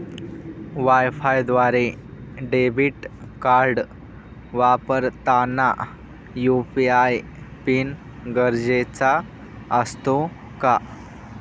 वायफायद्वारे debit card वापरताना UPI PIN गरजेचा असतो का?